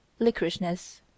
licorishness